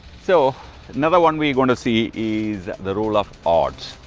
so another one we're going to see is the role of odds.